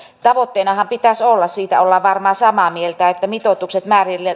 tavoitteenahan pitäisi olla siitä ollaan varmaan samaa mieltä että mitoitukset